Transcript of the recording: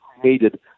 created